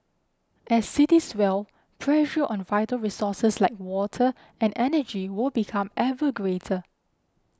as cities swell pressure on vital resources like water and energy will become ever greater